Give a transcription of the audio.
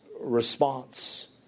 response